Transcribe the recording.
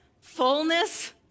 fullness